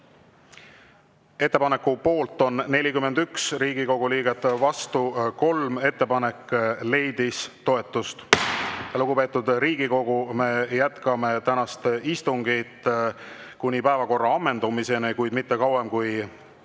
Ettepaneku poolt on 41 Riigikogu liiget, vastu 3. Ettepanek leidis toetust. Lugupeetud Riigikogu, me jätkame tänast istungit kuni päevakorra ammendumiseni, kuid mitte kauem kui